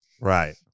right